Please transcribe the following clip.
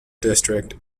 district